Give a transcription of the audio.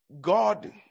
God